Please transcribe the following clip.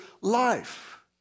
life